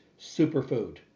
superfood